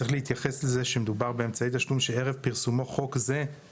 צריך להתייחס לזה שמדובר באמצעי תשלום שערב פרסום החוק